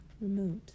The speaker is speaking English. remote